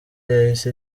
yahise